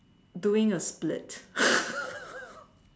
doing a split